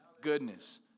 goodness